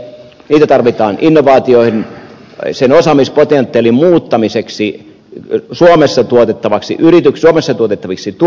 no tarvitaankin valtioiden välisen osaamis ja pelin niitä tarvitaan innovaatioihin sen osaamispotentiaalin muuttamiseksi suomessa tuotettaviksi tuotteiksi